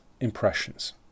impressions